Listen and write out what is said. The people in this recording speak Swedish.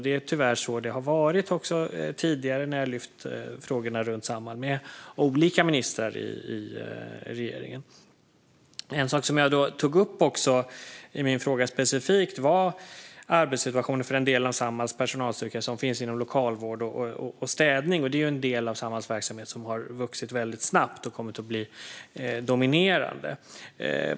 Det är tyvärr så det har varit också tidigare när jag har lyft frågorna runt Samhall med olika ministrar i regeringen. En sak som jag specifikt tog upp i min fråga var arbetssituationen för en del av Samhalls personalstyrka som finns inom lokalvård och städning - det är en del av Samhalls verksamhet som har vuxit väldigt snabbt och som har kommit att bli dominerande.